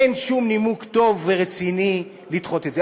אין שום נימוק טוב ורציני לדחות את זה.